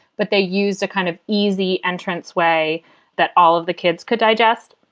but they used a kind of easy entrance way that all of the kids could digest.